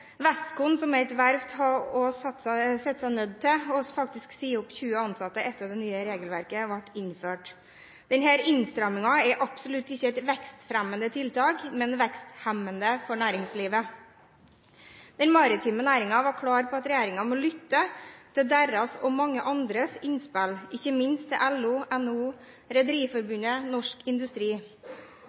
som er et verft, har sett seg nødt til å si opp 20 ansatte etter at det nye regelverket ble innført. Denne innstrammingen er absolutt ikke et vekstfremmende tiltak, men veksthemmende for næringslivet. Den maritime næringen var klar på at regjeringen må lytte til deres og mange andres innspill – ikke minst lytte til LO, NHO, Rederiforbundet og Norsk Industri.